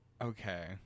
Okay